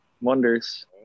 wonders